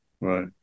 Right